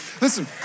listen